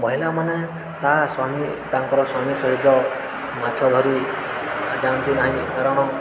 ମହିଳାମାନେ ତା ସ୍ୱାମୀ ତାଙ୍କର ସ୍ୱାମୀ ସହିତ ମାଛ ଧରି ଯାଆନ୍ତି ନାହିଁ କାରଣ